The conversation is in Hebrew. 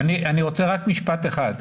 אני רוצה רק משפט אחד.